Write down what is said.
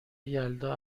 یلدا